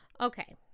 Okay